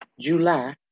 July